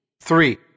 Three